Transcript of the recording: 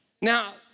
Now